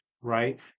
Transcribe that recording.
right